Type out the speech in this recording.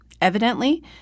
Evidently